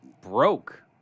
broke